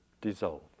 dissolve